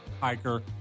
hiker